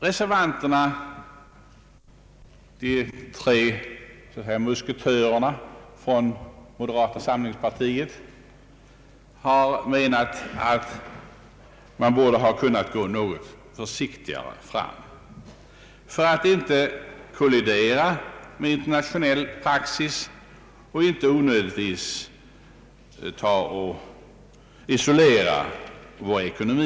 Reservanterna vid reservation 1 — de tre musketörerna från moderata samlingspartiet — har ansett att man borde kunnat gå något försiktigare fram för att inte kollidera med internationell praxis och inte onödigtvis isolera vår ekonomi.